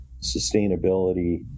sustainability